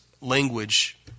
language